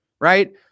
right